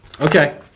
Okay